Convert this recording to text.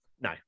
No